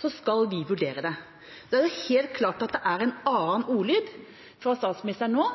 så skal vi vurdere det. Det er helt klart en annen ordlyd fra statsministeren nå